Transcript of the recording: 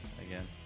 again